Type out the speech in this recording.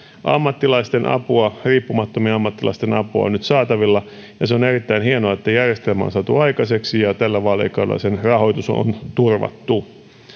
ammattilaisten apua riippumattomien ammattilaisten apua on nyt saatavilla on erittäin hienoa että järjestelmä on saatu aikaiseksi ja tällä vaalikaudella sen rahoitus on turvattu